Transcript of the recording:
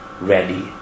ready